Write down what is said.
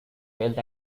health